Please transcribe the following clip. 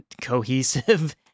cohesive